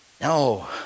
No